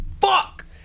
fuck